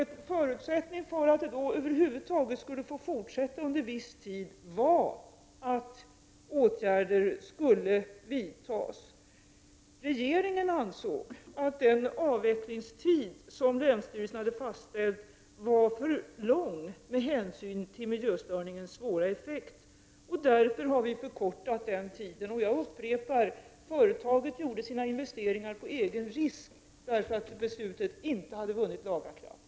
En förutsättning för att verksamheten över huvud taget skulle få fortsätta under viss tid var att åtgärder skulle vidtas. Regeringen ansåg att den avvecklingstid som länsstyrelsen hade fastställt var för lång med hänsyn till miljöstörningens svåra effekter. Därför har vi förkortat tiden. Jag upprepar: Företaget har gjort sina investeringar på egen risk, därför att beslutet inte hade vunnit laga kraft.